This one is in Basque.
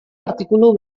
artikulu